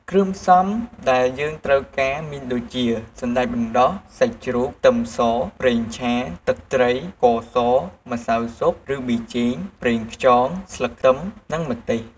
គ្រឿងផ្សំដែលយើងត្រូវការមានដូចជា សណ្ដែកបណ្ដុះ សាច់ជ្រូក ខ្ទឹមស ប្រេងឆា ទឹកត្រី ស្ករស ម្សៅស៊ុប ឬប៊ីចេង ប្រេងខ្យង ស្លឹកខ្ទឹម និងម្ទេស។